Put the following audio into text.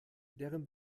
deren